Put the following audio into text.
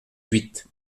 huit